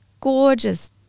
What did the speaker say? Gorgeous